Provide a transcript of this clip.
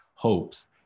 hopes